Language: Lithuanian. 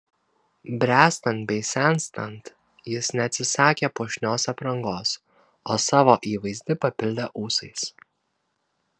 bręstant bei senstant jis neatsisakė puošnios aprangos o savo įvaizdį papildė ūsais